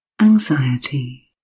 anxiety